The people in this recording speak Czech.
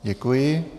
Děkuji.